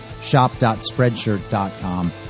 Shop.Spreadshirt.com